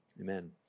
Amen